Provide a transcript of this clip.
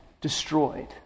destroyed